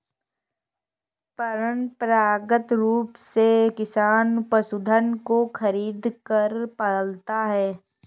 परंपरागत रूप से किसान पशुधन को खरीदकर पालता है